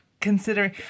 considering